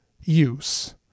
use